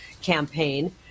campaign